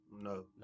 No